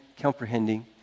comprehending